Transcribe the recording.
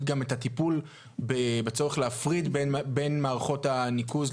גם את הטיפול בצורך להפריד בין מערכות הניקוז,